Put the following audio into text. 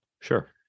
Sure